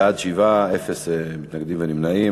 בעד, 7, אפס מתנגדים ונמנעים.